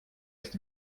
ist